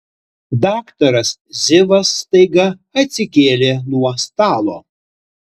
daktaras zivas staiga atsikėlė nuo stalo